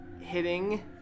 hitting